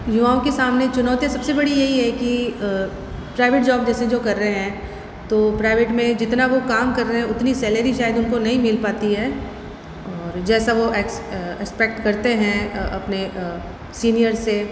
युवाओं के सामने चुनौतियां सबसे बड़ी यही है कि प्राइवेट जॉब जैसे जो कर रहे हैं तो प्राइवेट में जितना वो काम कर रहे हैं उतनी सैलरी शायद उनको नहीं मिल पाती है और जैसा वो एक्सपेक्ट करते हैं अपने सीनियर से